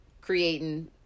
Creating